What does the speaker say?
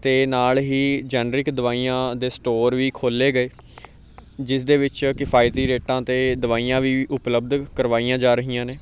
ਅਤੇ ਨਾਲ ਹੀ ਜਨਰਿਕ ਦਵਾਈਆਂ ਦੇ ਸਟੋਰ ਵੀ ਖੋਲ੍ਹੇ ਗਏ ਜਿਸ ਦੇ ਵਿੱਚ ਕਿਫਾਇਤੀ ਰੇਟਾਂ 'ਤੇ ਦਵਾਈਆਂ ਵੀ ਉਪਲੱਬਧ ਕਰਵਾਈਆਂ ਜਾ ਰਹੀਆਂ ਨੇ